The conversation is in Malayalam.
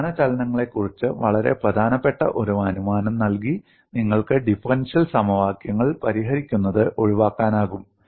സ്ഥാനചലനങ്ങളെക്കുറിച്ച് വളരെ പ്രധാനപ്പെട്ട ഒരു അനുമാനം നൽകി നിങ്ങൾക്ക് ഡിഫറൻഷ്യൽ സമവാക്യങ്ങൾ പരിഹരിക്കുന്നത് ഒഴിവാക്കാനാകും